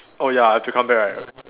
oh ya I have to come back right